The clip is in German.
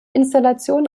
installation